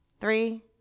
Three